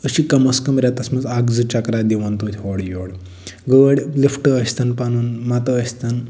أسۍ چھِ کم از کم رٮ۪تَس مَنٛز اَکھ زٕ چَکرا دِوان توتہِ ہورٕ یور گٲڑۍ لِفٹہٕ ٲسۍتن پَنُن متہٕ ٲسۍتن